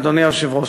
אדוני היושב-ראש,